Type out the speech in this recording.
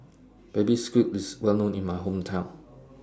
Baby Squid IS Well known in My Hometown